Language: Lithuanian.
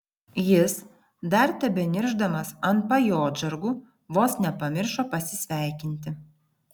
jis dar tebeniršdamas ant pajodžargų vos nepamiršo pasisveikinti